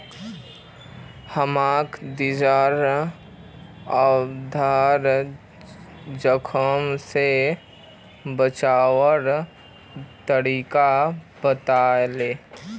हमाक दीक्षा आधार जोखिम स बचवार तरकीब बतइ ले